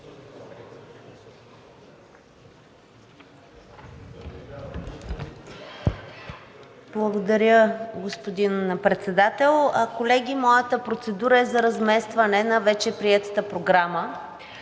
Благодаря, господин Председател. Колеги, моята процедура е за разместване на вече приетата Програма